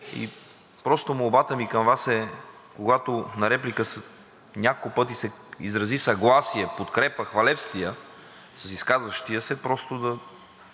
се. Молбата ми към Вас е, когато на реплика няколко пъти се изрази съгласие, подкрепа, хвалебствия с изказващия се, просто да